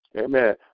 Amen